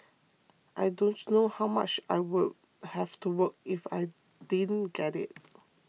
i don't know how much I would have to work if I didn't get it